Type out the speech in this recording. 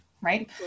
right